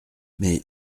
mais